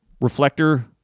reflector